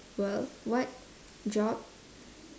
world what job